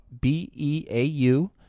B-E-A-U